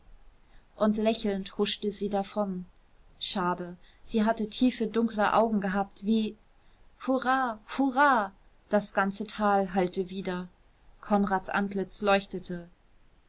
und lächelnd huschte sie davon schade sie hatte tiefe dunkle augen gehabt wie hurra hurra das ganze tal hallte wider konrads antlitz leuchtete